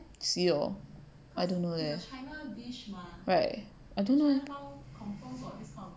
see lor I don't know leh right I don't know leh